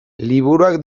liburuak